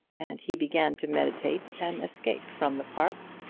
and he began to meditate an escape from the park.